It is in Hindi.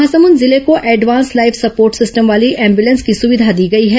महासमुंद जिले को एडवांस लाइफ सपोर्ट सिस्टम वाली एंबुलेंस की सुविधा दी गई है